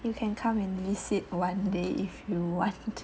you can come and visit one day if you want